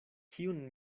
kiun